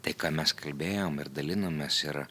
tai ką mes kalbėjom ir dalinomės ir